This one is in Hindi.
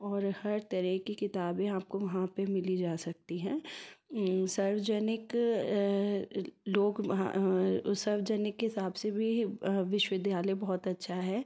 और हर तरह की किताबें आपको वहाँ पे मिली जा सकती हैं सार्वजनिक लोग वहाँ सार्वजनिक के हिसाब से भी विश्वविद्यालय बहुत अच्छा है